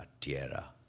Tierra